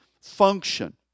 function